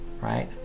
right